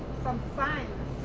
some signs.